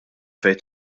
fejn